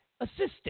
assistant